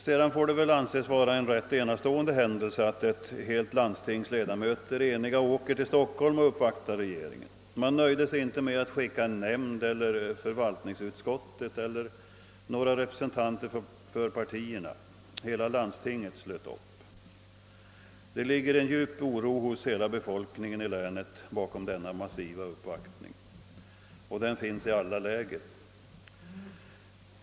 Det får väl anses vara en rätt enastående händelse att ett helt landstings ledamöter är eniga och åker till Stockholm för att uppvakta regeringen. Man nöjde sig inte med att skicka en nämnd, förvaltningsutskottet eller några representanter för partierna. Hela landstinget slöt upp. Det ligger en djup oro hos hela befolkningen i länet bakom denna massiva uppvaktning, och den finns i alla läger.